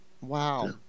Wow